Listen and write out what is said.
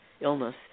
illness